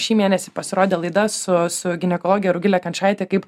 šį mėnesį pasirodė laida su su ginekologe rugile kančaite kaip